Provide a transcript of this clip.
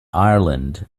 ireland